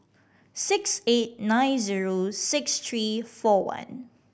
six eight nine zero six three four one